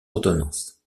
ordonnance